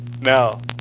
No